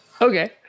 okay